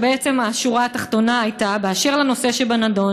ובעצם השורה התחתונה הייתה: "באשר לנושא שבנדון,